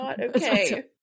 Okay